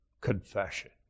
confession